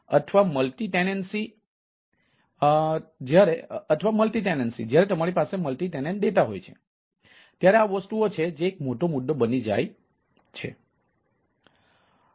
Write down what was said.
અથવા multi tenancy જ્યારે તમારી પાસે મલ્ટી ટેનન્ટ ડેટા હોય છે ત્યારે આ વસ્તુઓ છે જે એક મોટો મુદ્દો બની જાય છે